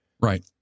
Right